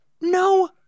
no